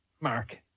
Mark